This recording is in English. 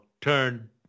turn